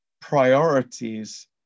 priorities